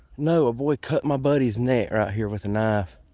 no. a boy cut my buddy's neck right here with a knife.